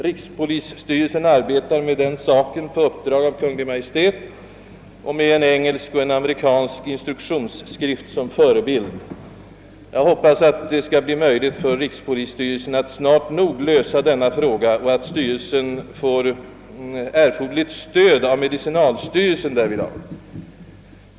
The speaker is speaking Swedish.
Rikspolisstyrelsen arbetar med den saken på uppdrag av Kungl. Maj:t med en engelsk och en amerikansk instruktionsskrift som förebilder. Jag hoppas att det skall bli möjligt för rikspolistyrelsen att snart nog lösa denna fråga, som på kort sikt får anses viktig, och att styrelsen får erforderligt stöd av medicinalstyrelsen därvidlag.